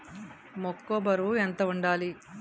మొక్కొ బరువు ఎంత వుండాలి?